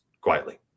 quietly